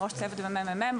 אני ראש צוות בממ"מ,